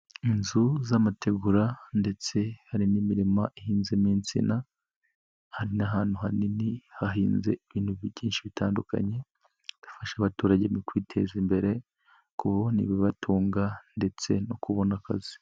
Inzu z'amategura ndetse hari n'imirima ihinzemo iminsia, ni ahantu hanini hahinze ibintu byinshi bitandukanye, bifasha abaturage mu kwiteza imbere, kubona ibibatunga ndetse no kubona akazi.